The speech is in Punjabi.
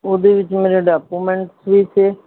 ਉਹਦੇ ਵਿੱਚ ਮੇਰੇ ਡਾਕੂਮੈਂਟ ਸੀ ਅਤੇ